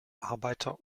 arbeiter